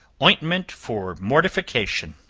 ointment for mortification.